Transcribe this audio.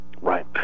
Right